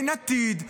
אין עתיד,